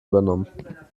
übernommen